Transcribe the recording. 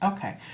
Okay